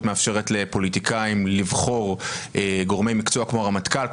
מאפשרת לפוליטיקאים לבחור גורמי מקצוע כמו הרמטכ"ל,